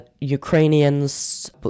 Ukrainians